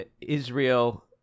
Israel